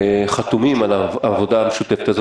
חתומים על העבודה המשותפת הזו,